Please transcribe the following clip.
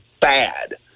bad